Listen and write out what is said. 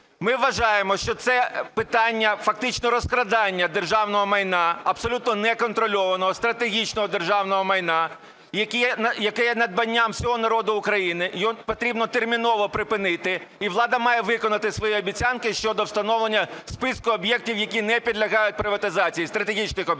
Ми вважаємо, що це питання фактично розкрадання державного майна, абсолютно неконтрольоване, стратегічного державного майна, яке є надбанням всього народу України, його потрібно терміново припинити. І влада має виконати свої обіцянки щодо встановлення списку об'єктів, які не підлягають приватизації – стратегічних об'єктів.